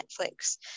Netflix